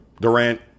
Durant